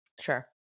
Sure